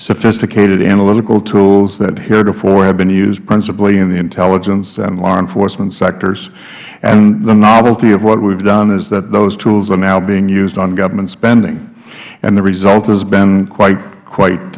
sophisticated analytical tools that heretofore have been used principally in the intelligence and law enforcement sectors and the novelty of what we've done is that those tools are now being used on government spending and the result has been quite quite